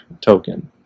token